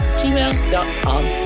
gmail.com